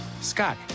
Scott